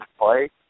play